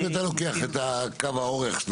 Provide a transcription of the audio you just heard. אם אתה לוקח את קו האורך של